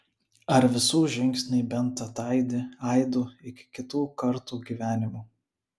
ar visų žingsniai bent ataidi aidu iki kitų kartų gyvenimų